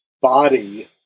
body